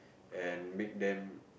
and make them